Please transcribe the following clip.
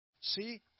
See